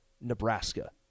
Nebraska